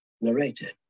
Narrated